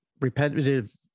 Repetitive